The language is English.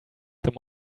them